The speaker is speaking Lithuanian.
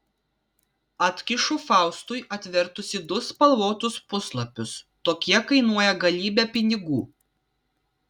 atkišu faustui atvertusi du spalvotus puslapius tokie kainuoja galybę pinigų